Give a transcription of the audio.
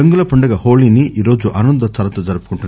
రంగుల పండుగ హోళీని ఈరోజు ఆనందోత్సాహాలతో జరుపుకుంటున్నారు